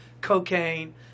cocaine